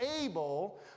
able